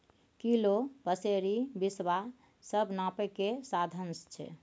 kilo, पसेरी, बिसवा सब नापय केर साधंश छै